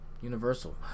Universal